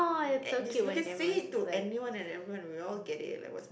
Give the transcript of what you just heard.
you can say it to anyone and everyone and we'll all get it like what's